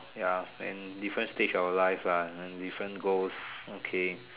ya and different stage of life lah and different goals okay